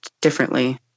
differently